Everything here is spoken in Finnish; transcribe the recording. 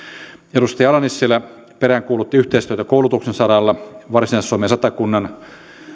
edustaja ala nissilä peräänkuulutti yhteistyötä koulutuksen saralla varsinais suomen satakunnan